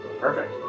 Perfect